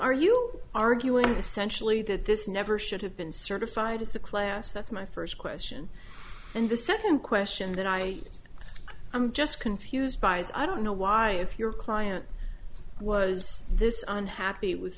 are you arguing essentially that this never should have been certified as a class that's my first question and the second question that i i'm just confused by as i don't know why if your client was this on happy with